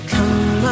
Come